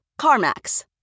CarMax